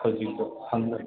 ꯍꯧꯖꯤꯛꯇꯣ ꯈꯪꯗꯣꯏꯅꯦ